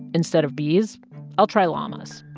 instead of bees i'll try llamas.